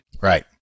Right